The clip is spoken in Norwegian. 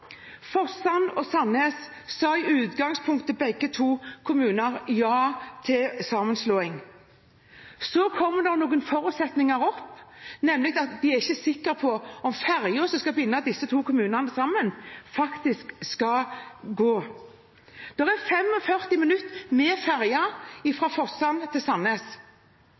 og Sandnes kommuner sa i utgangspunktet begge to ja til sammenslåing. Så kommer det opp noen forutsetninger, nemlig at de ikke er sikre på om ferja som skal binde disse to kommunene sammen, faktisk skal gå. Det er 45 minutter med ferja fra Forsand til Sandnes.